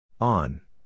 On